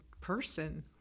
person